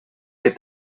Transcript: que